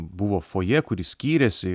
buvo fojė kuri skyrėsi